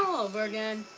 over again!